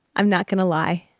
i'm not going to lie.